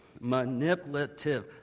manipulative